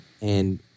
And-